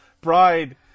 Bride